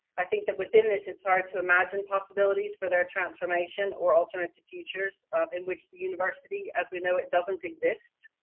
i think that within this it's hard to imagine possibilities for their transformation or alternative futures in which the university as we know it doesn't exist.